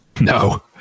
No